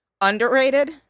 Underrated